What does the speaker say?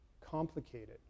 complicated